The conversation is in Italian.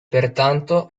pertanto